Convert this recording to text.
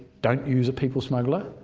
don't use a people smuggler.